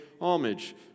homage